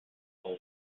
full